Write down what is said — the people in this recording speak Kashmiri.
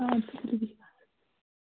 اَدٕ سا تُلِو بِہِو حظ